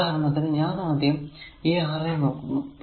ഉദാഹരണത്തിന് ഞാൻ ആദ്യം ഈ Ra നോക്കുന്നു